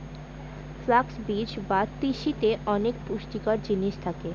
flux বীজ বা তিসিতে অনেক পুষ্টিকর জিনিস থাকে